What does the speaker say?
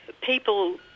people